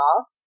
off